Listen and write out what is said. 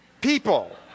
people